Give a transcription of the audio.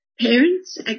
Parents